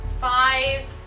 Five